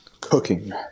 Cooking